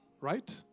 right